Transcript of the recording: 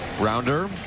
Rounder